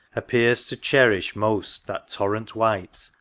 appears to cherish most that torrent white,